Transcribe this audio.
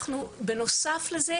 בנוסף לזה,